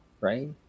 Right